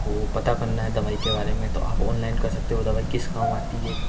वो पता करना है दवाई के बारे में तो आप ओंलैन कर सकते हो दवाई किस काम आती है